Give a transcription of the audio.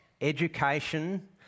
education